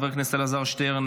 חבר הכנסת אלעזר שטרן,